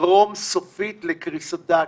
תגרום סופית לקריסתה הכלכלית.